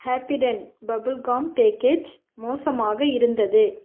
Happydent bubble gum package மோசமாக இருந்தது